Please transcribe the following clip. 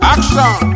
Action